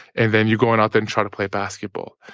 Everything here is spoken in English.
and then you're going out there and trying to play basketball.